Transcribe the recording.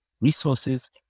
resources